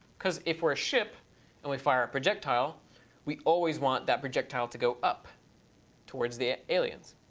because if we're a ship and we fire a projectile we always want that projectile to go up towards the aliens.